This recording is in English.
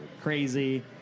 crazy